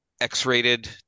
X-rated